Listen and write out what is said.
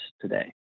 today